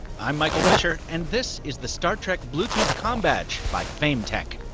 i'm michael fisher, and this is the star trek blue tooth combadge by fametek.